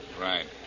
Right